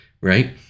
right